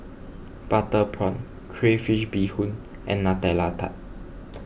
Butter Prawn Crayfish BeeHoon and Nutella Tart